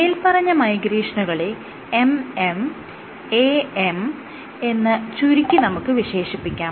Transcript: മേല്പറഞ്ഞ മൈഗ്രേഷനുകളെ MM AM എന്ന് ചുരുക്കി നമുക്ക് വിശേഷിപ്പിക്കാം